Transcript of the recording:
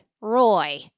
Roy